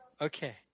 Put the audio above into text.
Okay